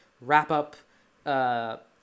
wrap-up